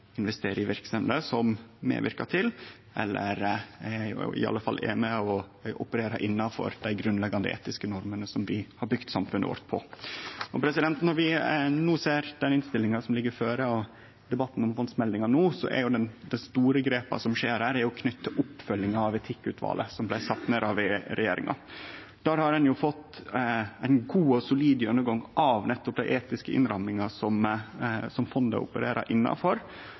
investerer i verksemder som medverkar til – eller i alle fall er med på å operere innanfor – dei grunnleggjande etiske normene vi har bygd samfunnet vårt på. Når vi ser den innstillinga som ligg føre, og debatten om fondsmeldinga no, er jo dei store grepa som skjer her, knytte til oppfølginga av Etikkutvalet, som blei sett ned av regjeringa. Der har ein fått ein god og solid gjennomgang av den etiske innramminga som fondet opererer innanfor.